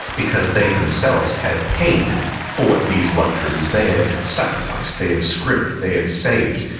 because they themselves had paid for these luxuries. they had sacrificed, they had scrimped, they had saved,